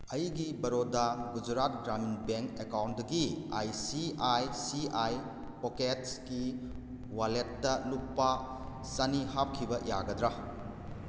ꯑꯩꯒꯤ ꯕꯔꯣꯗꯥ ꯒꯨꯖꯔꯥꯠ ꯒ꯭ꯔꯥꯃꯤꯟ ꯕꯦꯡ ꯑꯦꯀꯥꯎꯟꯇꯒꯤ I C I C I ꯄꯣꯛꯀꯦꯠꯁꯀꯤ ꯋꯥꯂꯦꯠꯇ ꯂꯨꯄꯥ ꯆꯅꯤ ꯍꯥꯞꯈꯤꯕ ꯌꯥꯒꯗ꯭ꯔꯥ